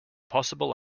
possible